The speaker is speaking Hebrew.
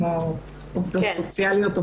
כמו עובדות סוציאליות,